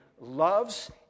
loves